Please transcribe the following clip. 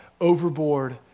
overboard